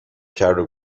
کردو